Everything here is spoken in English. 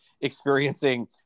experiencing